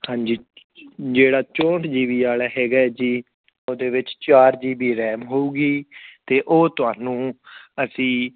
ਹਾਂਜੀ ਜਿਹੜਾ ਚੌਂਹਠ ਜੀ ਬੀ ਵਾਲਾ ਹੈਗਾ ਜੀ ਉਹਦੇ ਵਿੱਚ ਚਾਰ ਜੀ ਬੀ ਰੈਮ ਹੋਵੇਗੀ ਅਤੇ ਉਹ ਤੁਹਾਨੂੰ ਅਸੀਂ